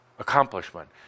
Accomplishment